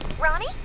Ronnie